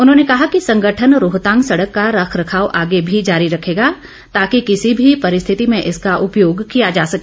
उन्होंने कहा कि संगठन रोहतांग सड़क का रखरखाव आगे भी जारी रखेगा ताकि किसी भी परिस्थिति में इसका उपयोग किया जा सके